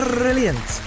brilliant